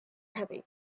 heavy